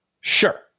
Sure